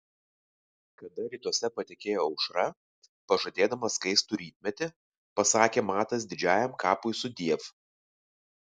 kada rytuose patekėjo aušra pažadėdama skaistų rytmetį pasakė matas didžiajam kapui sudiev